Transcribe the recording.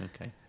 Okay